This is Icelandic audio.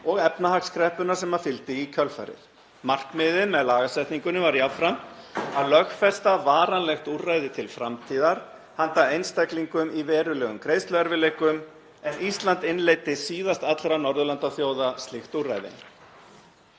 og efnahagskreppunnar sem fylgdi í kjölfarið. Markmiðið með lagasetningunni var jafnframt að lögfesta varanlegt úrræði til framtíðar handa einstaklingum í verulegum greiðsluerfiðleikum en Ísland innleiddi síðast allra Norðurlandaþjóða slíkt úrræði.